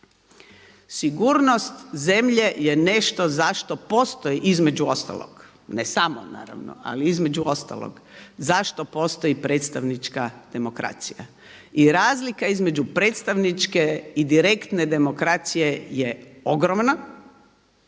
Sigurnost zemlje je nešto zašto postoji, između ostalog, ne samo naravno ali između ostalog zašto postoji predstavnička demokracija. I razlika između predstavničke i direktne demokracije je ogromna,